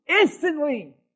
Instantly